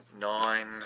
Nine